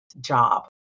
job